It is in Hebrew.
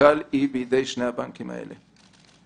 ש-Cal היא בידי שני הבנקים האלה.